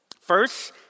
First